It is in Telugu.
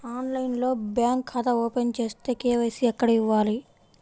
ఆన్లైన్లో బ్యాంకు ఖాతా ఓపెన్ చేస్తే, కే.వై.సి ఎక్కడ ఇవ్వాలి?